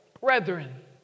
brethren